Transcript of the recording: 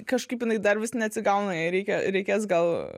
kažkaip jinai dar vis neatsigauna jei reikia reikės gal